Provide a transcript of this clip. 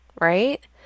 right